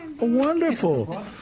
Wonderful